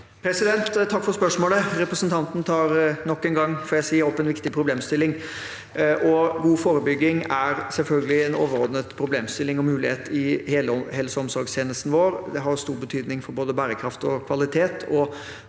Takk for spørsmålet. Representanten tar – nok en gang, får jeg si – opp en viktig problemstilling. God forebygging er selvfølgelig en overordnet problemstilling og mulighet i hele helse- og omsorgstjenesten vår. Det har stor betydning for både bærekraft og kvalitet.